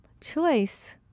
Choice